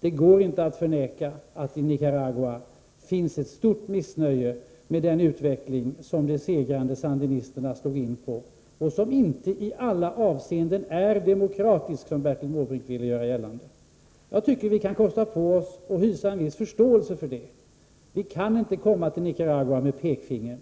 Det går inte att förneka att det i Nicaragua finns ett stort missnöje med den utveckling som de segrande sandinisterna slog in på — och som inte i alla avseenden är demokratisk, som 105 Bertil Måbrink ville göra gällande. Jag tycker att vi kan kosta på oss att hysa en viss förståelse för det. Vi kan inte komma med pekfinger till människorna i Nicaragua.